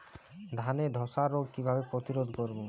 ধানে ধ্বসা রোগ কিভাবে প্রতিরোধ করব?